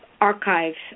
archives